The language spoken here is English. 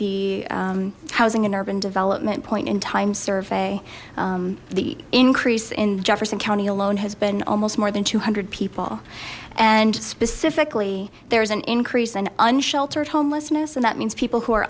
the housing and urban development point in time survey the increase in jefferson county alone has been almost more than two hundred people and specifically there is an increase in unsheltered homelessness and that means people who are